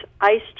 ice